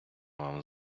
вам